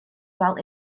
while